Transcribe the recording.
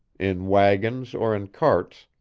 in wagons or in carts,